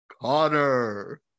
Connor